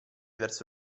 verso